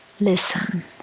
listen